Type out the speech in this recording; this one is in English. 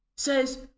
Says